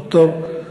ד"ר נתניהו.